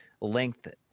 length